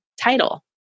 title